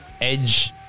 Edge